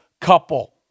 couple